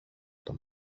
τον